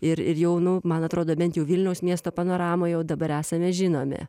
ir ir jau nu man atrodo bent jau vilniaus miesto panoramoj jau dabar esame žinomi